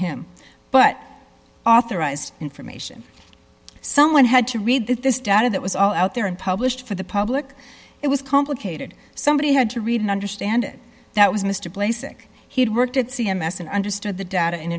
him but authorized information someone had to read that this data that was all out there and published for the public it was complicated somebody had to read and understand it that was mr placing he'd worked at c m s and understood the data and